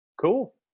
Cool